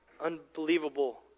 unbelievable